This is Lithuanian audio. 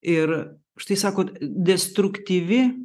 ir štai sakot destruktyvi